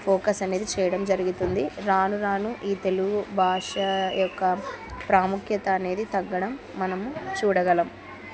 focus అనేది చెయ్యడం జరుగుతుంది రాను రాను ఈ తెలుగు భాష యొక్క ప్రాముఖ్యత అనేది తగ్గడం మనము చూడగలము